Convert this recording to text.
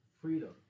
freedom